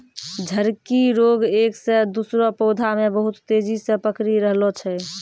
झड़की रोग एक से दुसरो पौधा मे बहुत तेजी से पकड़ी रहलो छै